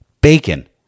Bacon